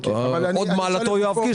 הוד מעלתו יואב קיש,